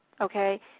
okay